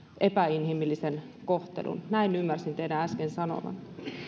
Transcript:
epäinhimillisen kohtelun näin ymmärsin teidän äsken sanovan